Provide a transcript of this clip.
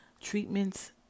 Treatments